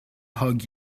hug